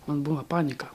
man buvo panika